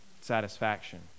Satisfaction